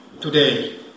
today